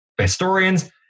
historians